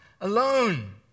alone